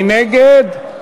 מי נגד?